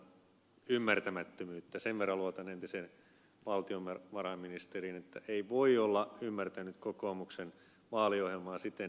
sen verran luotan entiseen valtiovarainministeriin että ei heinäluoma eikä kukaan muukaan ole voinut ymmärtää kokoomuksen vaaliohjelmaa siten